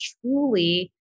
truly